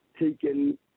taken